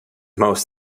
most